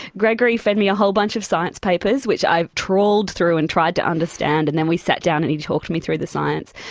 gregory fed me a whole bunch of science papers, which i trawled through and tried to understand, and then we sat down and he talked me through the science.